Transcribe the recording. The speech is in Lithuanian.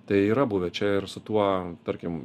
tai yra buvę čia ir su tuo tarkim